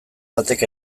batek